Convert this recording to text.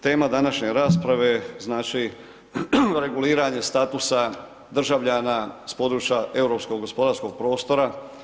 Tema današnje rasprave, znači reguliranje statusa državljana s područja europskog gospodarskog prostora.